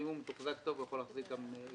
ואם הוא מתוחזק טוב, הוא יכול להחזיק גם יותר.